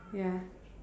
ya